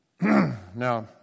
Now